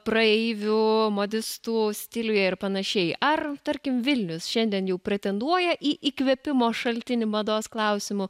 praeivių modistų stiliuje ir panašiai ar tarkim vilnius šiandien jau pretenduoja į įkvėpimo šaltinį mados klausimu